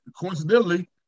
coincidentally